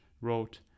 wrote